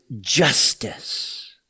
justice